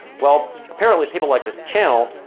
well, apparently people like this channel,